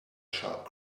sharp